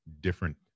different